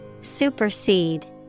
supersede